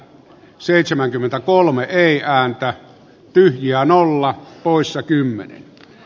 seitsemänkymmentäkolme ei haanpää pyyn ja nolla poissa kymmenen